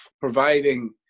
providing